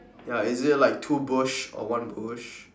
ya is it like two bush or one bush